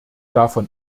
davon